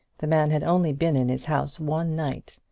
the man had only been in his house one night,